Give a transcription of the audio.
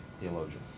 theologian